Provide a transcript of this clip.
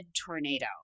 tornado